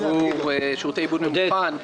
עבור שירותי עיבוד ממוכן.